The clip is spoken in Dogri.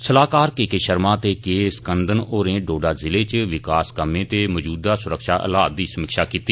सलाहकार के के शर्मा ते के स्कंदन होरें डोडा जिले च विकास कर्म्मे ते मजूदा सुरक्षा हालात दी समीक्षा कीती